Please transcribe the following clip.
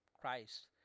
Christ